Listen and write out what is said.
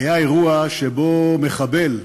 היה אירוע שבו מחבל